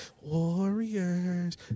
Warriors